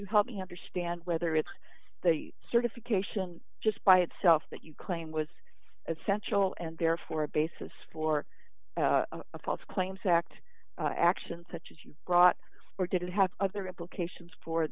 you help me understand whether it's certification just by itself that you claim was essential and therefore a basis for a false claims act actions such as you brought or did it have other implications for